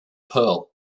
pearl